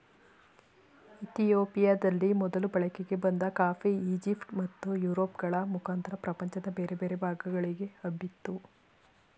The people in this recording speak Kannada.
ಇತಿಯೋಪಿಯದಲ್ಲಿ ಮೊದಲು ಬಳಕೆಗೆ ಬಂದ ಕಾಫಿ ಈಜಿಪ್ಟ್ ಮತ್ತು ಯುರೋಪ್ ಗಳ ಮುಖಾಂತರ ಪ್ರಪಂಚದ ಬೇರೆ ಬೇರೆ ಭಾಗಗಳಿಗೆ ಹಬ್ಬಿತು